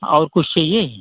और कुछ चाहिए